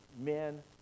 men